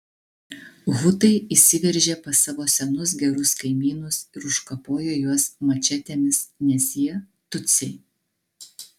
hutai įsiveržė pas savo senus gerus kaimynus ir užkapojo juos mačetėmis nes jie tutsiai